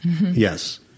Yes